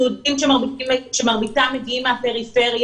אנחנו יודעים שמרביתם מגיעים מהפריפריה,